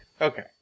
Okay